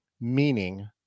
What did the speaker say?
meaning